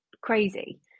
crazy